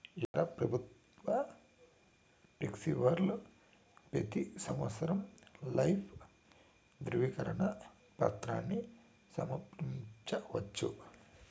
ఇతర పెబుత్వ పెన్సవర్లు పెతీ సంవత్సరం లైఫ్ దృవీకరన పత్రాని సమర్పించవచ్చు